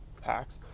packs